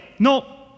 No